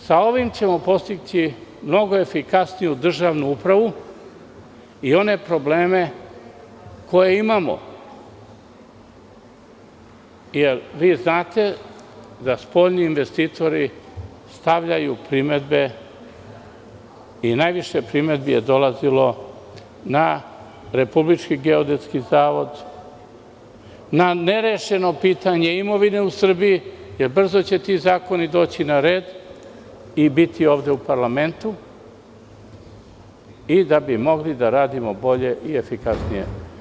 Sa ovim ćemo postići mnogo efikasniju državnu upravu i one probleme koje imamo, jer znate da spoljni investitoru stavljaju primedbe i najviše primedbi je dolazilo na RGZ, na nerešeno pitanje imovine u Srbiji, jer brzo će ti zakoni doći na red i biti ovde u parlamentu i da bi mogli da radimo bolje i efikasnije.